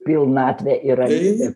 pilnatvė ir arti